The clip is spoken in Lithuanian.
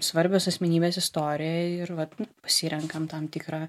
svarbios asmenybės istorijoj ir vat pasirenkam tam tikrą